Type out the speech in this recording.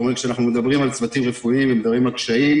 כלומר כשאנחנו מדברים על צוותים רפואיים ומדברים על קשיים,